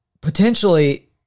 potentially